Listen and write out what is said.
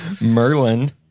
Merlin